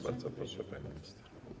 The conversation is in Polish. Bardzo proszę, pani minister.